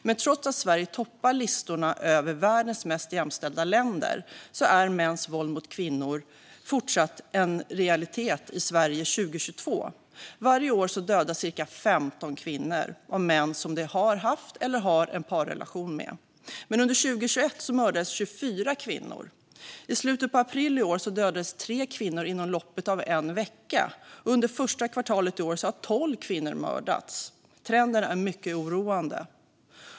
Men trots att Sverige toppar listorna över världens mest jämställda länder är mäns våld mot kvinnor fortsatt en realitet i Sverige 2022. Varje år dödas cirka 15 kvinnor av män som de har haft eller har en parrelation med. Men under 2021 mördades 24 kvinnor. I slutet av april i år dödades 3 kvinnor inom loppet av en vecka, och under första kvartalet i år har 12 kvinnor mördats. Trenden är mycket oroande.